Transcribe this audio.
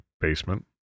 basement